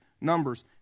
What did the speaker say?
Numbers